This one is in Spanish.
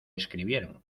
escribieron